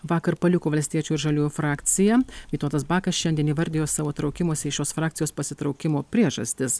vakar paliko valstiečių ir žaliųjų frakciją vytautas bakas šiandien įvardijo savo traukimosi iš šios frakcijos pasitraukimo priežastis